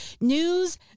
News